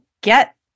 get